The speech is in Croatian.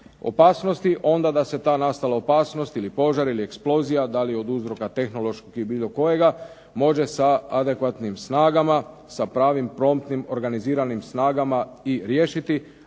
opasnosti onda da se ta nastala opasnost ili požar ili eksplozija, da li od uzroka tehnološki ili bilo kojega može sa adekvatnim snagama, sa pravim promptnim organiziranim snagama i riješiti,